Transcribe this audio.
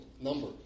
number